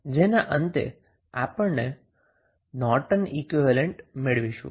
જેના અંતે આપણે નોર્ટન ઈક્વીવેલેન્ટ મેળવીશું